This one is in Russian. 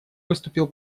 выступил